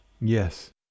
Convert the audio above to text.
Yes